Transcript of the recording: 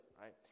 right